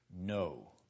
no